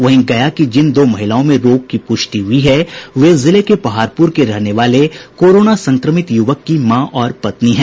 वहीं गया की जिन दो महिलाओं में रोग की पुष्टि हुयी है वे जिले के पहाड़पुर के रहने वाले कोरोना संक्रमित युवक की मां और पत्नी हैं